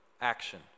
Action